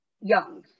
Young